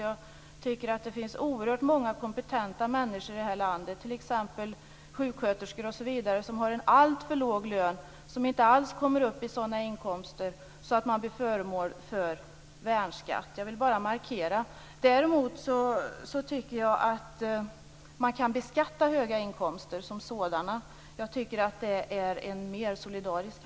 Jag tycker att det finns oerhört många kompetenta människor i det här landet, t.ex. sjuksköterskor, som har en alltför låg lön och som inte alls kommer upp i sådana inkomster att de blir föremål för värnskatt. Jag vill bara markera det. Däremot tycker jag att man kan beskatta höga inkomster som sådana. Jag tycker att det är mer solidariskt.